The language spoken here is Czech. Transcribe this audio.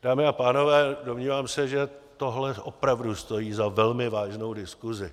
Dámy a pánové, domnívám se, že tohle opravdu stojí za velmi vážnou diskusi.